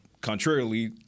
Contrarily